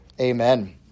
amen